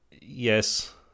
yes